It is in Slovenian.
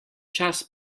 čas